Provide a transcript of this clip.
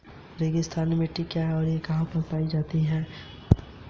क्या आपके व्यवसाय में ऋण के तहत आवश्यक भुगतान करने की क्षमता है?